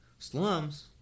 Slums